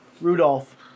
Rudolph